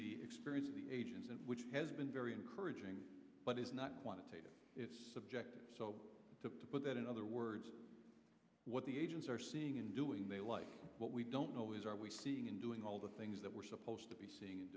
the experience of the agency which has been very encouraging but is not quantitative its subject so to put it in other words what the agents are seeing and doing they like what we don't know is are we seeing in doing all the things that we're supposed to be seeing and